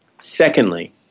Secondly